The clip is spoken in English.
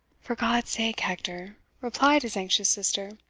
for god's sake, hector, replied his anxious sister,